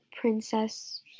princess